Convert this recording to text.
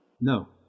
No